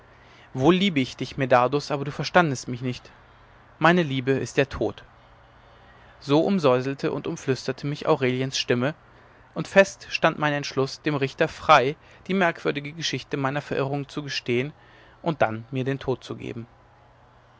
wohl liebe ich dich medardus aber du verstandest mich nicht meine liebe ist der tod so umsäuselte und umflüsterte mich aureliens stimme und fest stand mein entschluß dem richter frei die merkwürdige geschichte meiner verirrungen zu gestehen und dann mir den tod zu geben